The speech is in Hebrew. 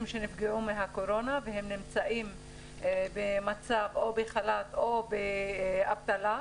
שנפגעו מהקורונה והם נמצאים או בחל"ת או באבטלה.